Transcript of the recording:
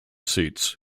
seats